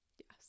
yes